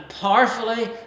powerfully